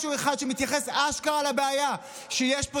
משהו אחד שמתייחס אשכרה לבעיה שיש פה,